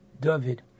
David